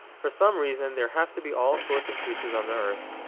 for some reason there have to be all sorts of creatures on the earth.